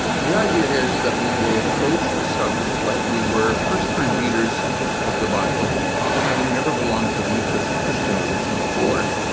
the idea is that we will approach the subject like we were first-time readers of the bible having never belonged to any christian christian religion before,